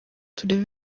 turebe